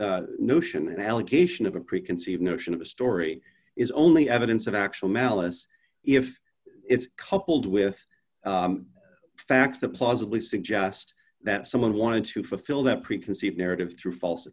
notion and allegation of a preconceived notion of a story is only evidence of actual malice if it's coupled with facts that plausibly suggest that someone wanted to fulfill that preconceived narrative through false